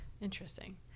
Interesting